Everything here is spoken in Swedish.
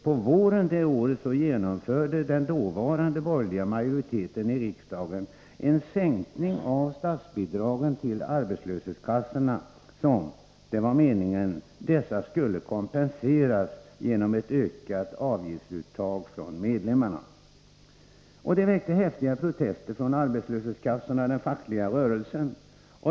På våren det året genomförde den dåvarande borgerliga majoriteten i riksdagen en sänkning av statsbidragen till arbetslöshetskassorna som — det var meningen — dessa skulle kompensera genom ett ökat avgiftsuttag från medlemmarna. Detta väckte häftiga protester från arbetslöshetskassorna och den fackliga rörelsen.